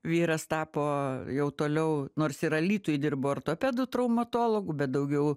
vyras tapo jau toliau nors ir alytuj dirbo ortopedu traumatologu bet daugiau